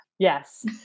Yes